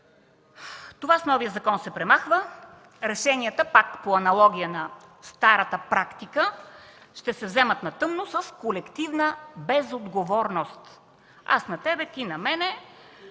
Това с новия закон се премахва. Решенията, пак по аналогия на старата практика, ще се вземат на тъмно, с колективна безотговорност – аз на тебе, ти на мене.